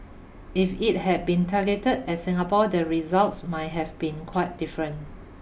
if it had been targeted at Singapore the results might have been quite different